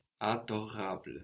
Adorable